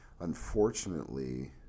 unfortunately